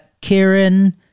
kieran